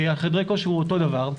על חדרי כושר הוא אותו דבר,